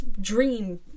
dream